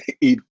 eat